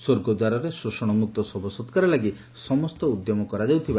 ସ୍ୱର୍ଗଦ୍ୱାରରେ ଶୋଷଣ ମୁକ୍ତ ଶବ ସକ୍ତାର ଲାଗି ସମସ୍ତ ଉଦ୍ୟମ କରାଯାଉଛି